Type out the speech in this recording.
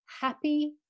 happy